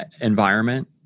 environment